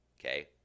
okay